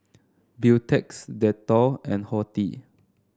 Beautex Dettol and Horti